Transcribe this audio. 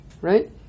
right